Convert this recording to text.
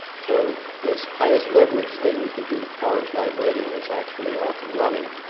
so this highest leverage thing we can do to cars, lightweighting, is actually off and running,